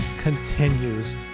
continues